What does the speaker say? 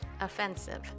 offensive